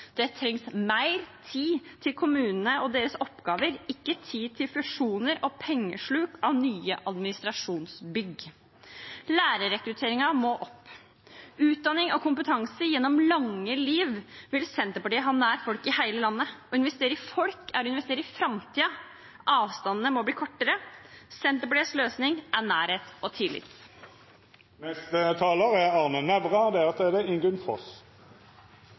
Det trengs mer tid til kommunene og deres oppgaver, ikke tid til fusjoner og pengesluk i form av nye administrasjonsbygg. Lærerrekrutteringen må opp. Utdanning og kompetanse gjennom lange liv vil Senterpartiet ha nær folk i hele landet. Å investere i folk er å investere i framtiden. Avstandene må bli kortere. Senterpartiets løsning er nærhet og tillit. Jordkloden er rundt 5 milliarder år. Øyenstikkeren er